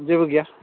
जेबो गैया